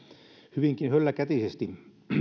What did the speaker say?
hyvinkin hölläkätisesti